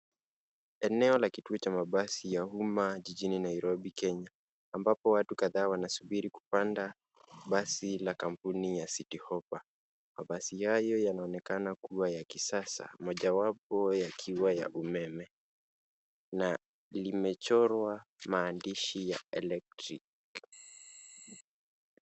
Eneo la kituo cha mabasi ya umma jijini Nairobi Kenya ambapo watu kadhaa wanasubiri kupanda basi la kampuni ya citihoppa .Mabasi hayo yanaonekana kuwa ya kisasa mojawapo yakiwa ya umeme na limechorwa maandishi ya electric .